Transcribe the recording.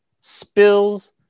Spills